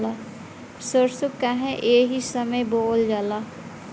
सरसो काहे एही समय बोवल जाला?